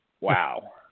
wow